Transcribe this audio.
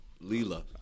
Lila